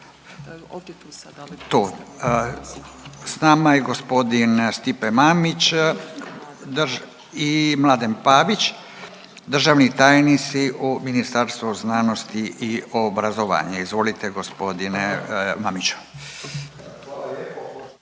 s nama je gospodin Stipe Mamić i Mladen Pavić, državni tajnici u Ministarstvu znanosti i obrazovanja. Izvolite gospodine Mamiću.